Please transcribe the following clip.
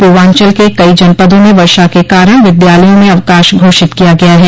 पूर्वांचल के कई जनपदों में वर्षा के कारण विद्यालयों में अवकाश घोषित किया गया है